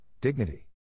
Dignity